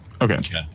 Okay